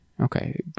okay